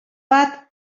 bat